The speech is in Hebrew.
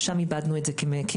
שם איבדנו את זה כמדיניות.